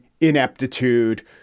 ineptitude